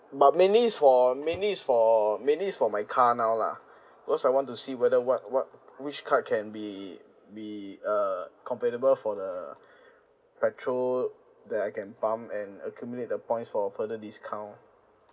but mainly is for mainly is for mainly is for my car now lah cause I want to see whether what what which card can be be uh compatible for the petrol that I can pump and accumulate the points for further discount